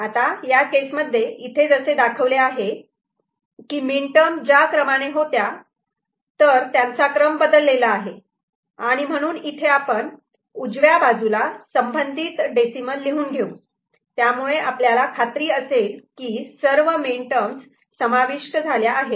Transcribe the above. आता या केस मध्ये इथे जसे दाखवले आहे की मीनटर्म ज्या क्रमाने होत्या तर त्यांचा क्रम बदललेला आहे आणि म्हणून इथे आपण उजव्या बाजूला संबंधित डेसिमल लिहून घेऊ त्यामुळे आपल्याला खात्री असेल की सर्व मीनटर्म समाविष्ट झाल्या आहेत